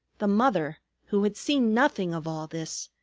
the mother, who had seen nothing of all this,